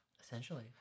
Essentially